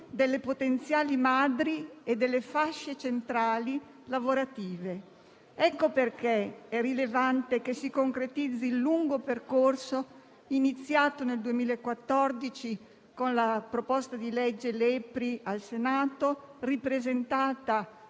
delle potenziali madri e delle fasce centrali lavorative. Ecco perché è rilevante che si concretizzi il lungo percorso iniziato nel 2014 con la proposta di legge Lepri al Senato, ripresentata